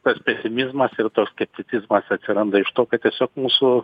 tas pesimizmas ir tas skepticizmas atsiranda iš to kad tiesiog mūsų